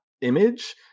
image